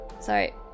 sorry